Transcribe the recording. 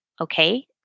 Okay